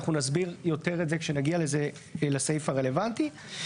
אנחנו נסביר יותר את זה כשנגיע לסעיף הרלוונטי.